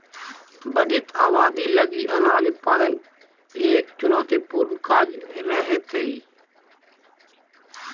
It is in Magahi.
बढ़ित आबादी लगी अनाज उत्पादन एक चुनौतीपूर्ण कार्य रहेतइ